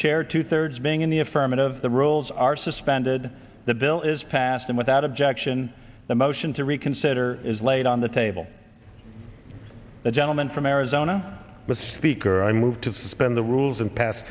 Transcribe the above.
chair two thirds being in the affirmative the rules are suspended the bill is passed and without objection the motion to reconsider is laid on the table the gentleman from arizona the speaker i move to suspend the rules and pass